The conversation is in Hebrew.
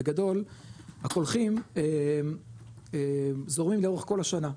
בגדול הקולחים זורמים לאורך כל השנה,